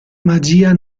magia